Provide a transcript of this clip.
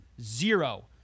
zero